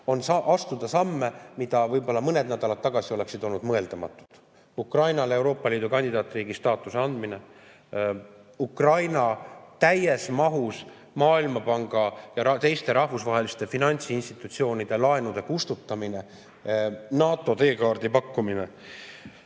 astuda samme, mis võib-olla mõned nädalad tagasi oleksid olnud mõeldamatud: Ukrainale Euroopa Liidu kandidaatriigi staatuse andmine, Ukraina puhul täies mahus Maailmapanga ja teiste rahvusvaheliste finantsinstitutsioonide laenude kustutamine ning NATO teekaardi pakkumine.